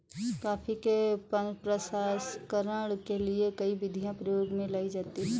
coffee के प्रसंस्करण के लिए कई विधियां प्रयोग में लाई जाती हैं